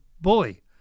bully